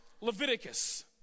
Leviticus